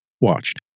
watched